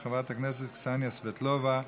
של חברת הכנסת קסניה סבטלובה.